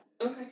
Okay